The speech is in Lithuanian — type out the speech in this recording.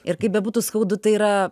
ir kaip bebūtų skaudu tai yra